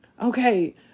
Okay